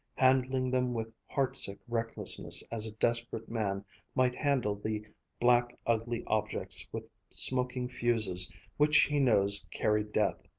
handling them with heartsick recklessness as a desperate man might handle the black, ugly objects with smoking fuses which he knows carry death.